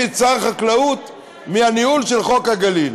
את שר החקלאות מהניהול של חוק הגליל.